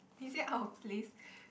is it out of place